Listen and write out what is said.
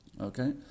Okay